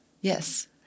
Yes